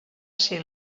ser